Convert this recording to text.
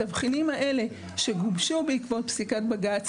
התבחינים האלה שגובשו בעקבות פסיקת בג"ץ,